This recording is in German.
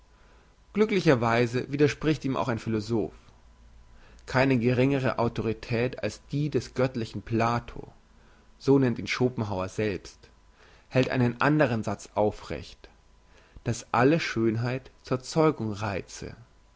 glücklicherweise widerspricht ihm auch ein philosoph keine geringere autorität als die des göttlichen plato so nennt ihn schopenhauer selbst hält einen andern satz aufrecht dass alle schönheit zur zeugung reize